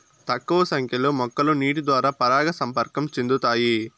తక్కువ సంఖ్య లో మొక్కలు నీటి ద్వారా పరాగ సంపర్కం చెందుతాయి